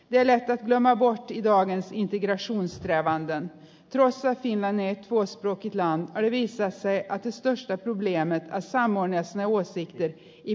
vieläkö tämä vauhtinainen intiassa ja rantaan jossakin samma sak gäller för lissabonavtalet som ännu inte antagits av lagtinget